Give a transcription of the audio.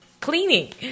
cleaning